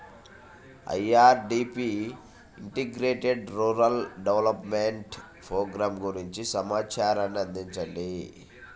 IRDP integrated rural development programme గురించి సమాచారాన్ని అందించండి?